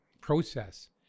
process